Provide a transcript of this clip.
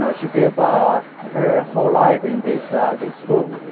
ah she gave ah her whole life in this school.